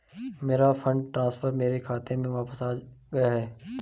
मेरा fund transfer मेरे खाते में वापस आ गया है